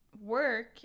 work